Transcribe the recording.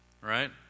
right